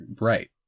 right